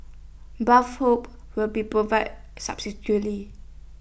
bathrobes will be provided